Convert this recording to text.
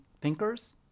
thinkers